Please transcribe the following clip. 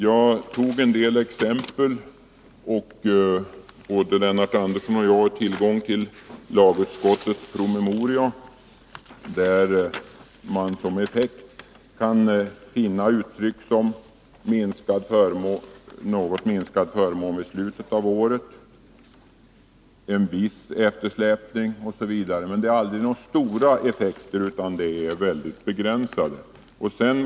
Jag tog en del exempel. Både Lennart Andersson och jag har tillgång till lagutskottets promemoria, och där kan man i fråga om effekten av förslaget finna uttryck som ”något minskad förmån vid slutet av året”, ”en viss eftersläpning” osv. Men det rör sig aldrig om några stora effekter utan bara om mycket begränsade sådana.